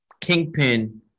kingpin